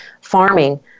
farming